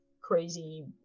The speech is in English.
crazy